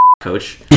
coach